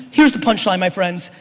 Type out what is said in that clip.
here's the punchline my friends,